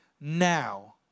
now